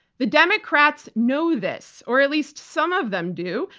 the democrats know this or at least some of them do,